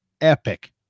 epic